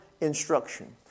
instruction